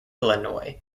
illinois